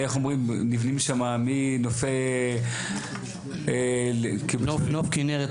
נבנים שם מנופי --- נוף כנרת מוריה.